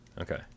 Okay